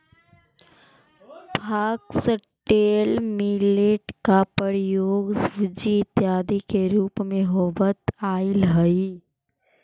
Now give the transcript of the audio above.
foxtail millet का प्रयोग सूजी इत्यादि के रूप में होवत आईल हई